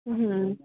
হুম